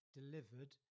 delivered